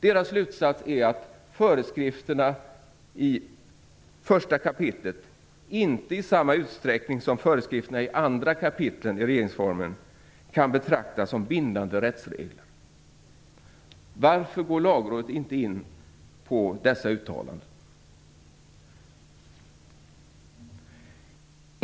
Deras slutsats är att "föreskrifterna i 1:a kapitlet inte i samma utsträckning som föreskrifterna i de andra kapitlen kunna betraktas som bindande rättsregler". Varför går Lagrådet inte in på dessa uttalanden?